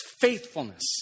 faithfulness